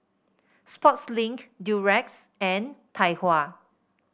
Sportslink Durex and Tai Hua